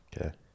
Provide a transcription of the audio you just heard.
Okay